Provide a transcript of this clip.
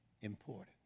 important